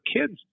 kids